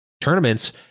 tournaments